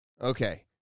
Okay